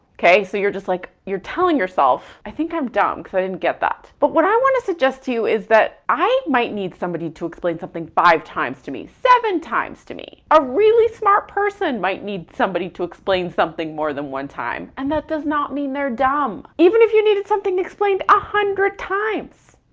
okay? so you're just like, you're telling yourself, i think i'm dumb cause i didn't get that. but what i wanna suggest to you is that i might need somebody to explain something five times to me, seven times to me. a really smart person might need somebody to explain something more than one time, and that does not mean they're dumb even if you needed something explained one ah hundred times,